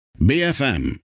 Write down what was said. bfm